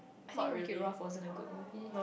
I think Wreck It Ralph wasn't a good movie